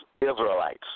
Israelites